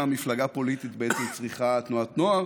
מפלגה פוליטית בעצם צריכה תנועת נוער,